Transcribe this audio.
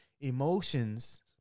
emotions